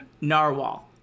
narwhal